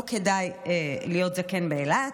לא כדאי להיות זקן באילת.